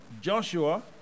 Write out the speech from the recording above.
Joshua